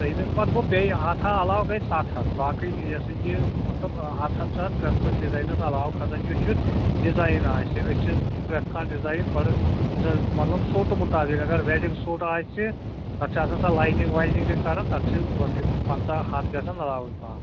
ترٛیٚیمُک پَتہٕ گوٚو بیٚیہِ ہتھا علاوٕ گژھِ سَتھ ہَتھ باقٕے یہِ ہَسا یہِ مطلب ہتھ ہَتھ چھُ اَتھ پرٛتھ کُنہِ ڈِزاینَس علاوٕ کھسن یُتھ یُتھ ڈِزایِن آسہِ أسۍ چھِ پرٛتھ کانٛہہ ڈِزایِن بَڑٕ یُس زَن مطلب سوٹہٕ مُطٲبِق اگر ویٚڈِنٛگ سوٗٹ آسہِ تَتھ چھِ آسان سۄ لاینِنٛگ واینِنٛگ تہِ کَران تَتھ چھِ رۄپیہِ پنٛژاہ ہَتھ گژھان علاوٕے پہم